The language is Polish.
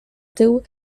tył